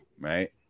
right